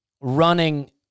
running